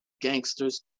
gangsters